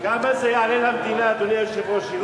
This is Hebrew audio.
כמה זה יעלה למדינה, אדוני היושב-ראש?